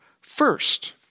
first